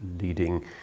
leading